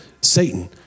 Satan